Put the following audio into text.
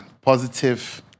Positive